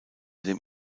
dem